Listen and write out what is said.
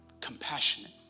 Compassionate